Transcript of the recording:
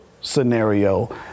scenario